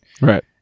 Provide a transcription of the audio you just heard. Right